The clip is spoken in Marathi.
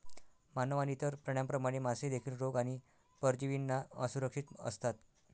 मानव आणि इतर प्राण्यांप्रमाणे, मासे देखील रोग आणि परजीवींना असुरक्षित असतात